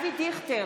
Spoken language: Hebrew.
אבי דיכטר,